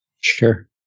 Sure